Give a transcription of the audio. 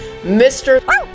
Mr